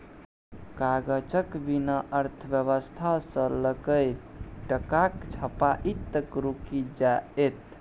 कागजक बिना अर्थव्यवस्था सँ लकए टकाक छपाई तक रुकि जाएत